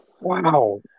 Wow